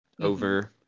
over